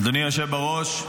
אדוני היושב בראש,